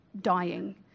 dying